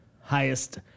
highest